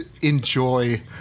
enjoy